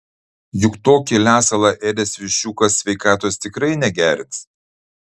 juk tokį lesalą ėdęs viščiukas sveikatos tikrai negerins